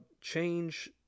change